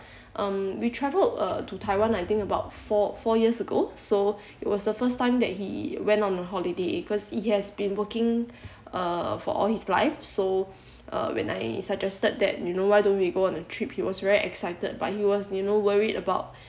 um we travelled to Taiwan I think about four four years ago so it was the first time that he went on a holiday because he has been working uh for all his life so uh when I suggested that you know why don't we go on a trip he was very excited but he was you know worried about